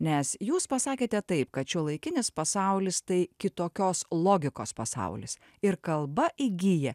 nes jūs pasakėte taip kad šiuolaikinis pasaulis tai kitokios logikos pasaulis ir kalba įgyja